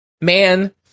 Man